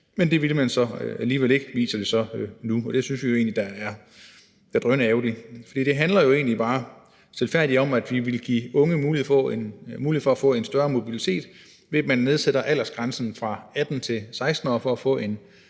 men det ville man så alligevel ikke, viser det sig nu, og det synes vi jo egentlig er drønærgerligt. Det handler jo egentlig bare stilfærdigt om, at vi vil give unge mulighed for at få en større mobilitet ved at nedsætte aldersgrænsen fra 18 år til 16 år for at få en